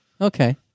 Okay